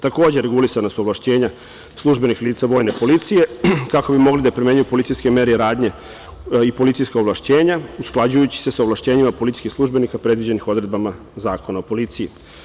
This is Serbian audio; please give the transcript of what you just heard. Takođe, regulisana su ovlašćenja službenih lica vojne policije, kako bi mogli da primenjuju policijske mere i radnje i policijska ovlašćenja usklađujući se sa ovlašćenjima policijskih službenika, predviđenim odredbama Zakona o policiji.